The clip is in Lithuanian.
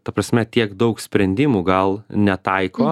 ta prasme tiek daug sprendimų gal netaiko